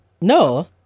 No